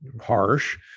harsh